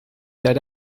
that